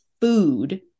food